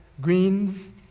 greens